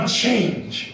change